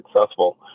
successful